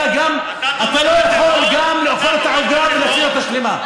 אתה לא יכול לאכול את העוגה ולהשאיר אותה שלמה.